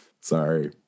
Sorry